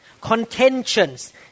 contentions